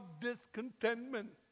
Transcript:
discontentment